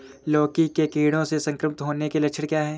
लौकी के कीड़ों से संक्रमित होने के लक्षण क्या हैं?